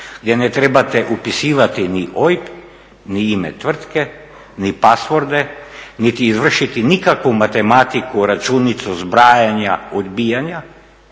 gdje ne trebate upisivati ni OIB ni ime tvrtke ni pasvorde niti izvršiti nikakvu matematiku, računicu zbrajanja, odbijanja,